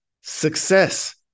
Success